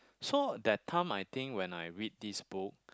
so that time I think when I read this book